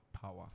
power